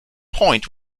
point